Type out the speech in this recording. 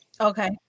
Okay